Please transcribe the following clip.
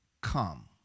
come